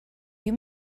you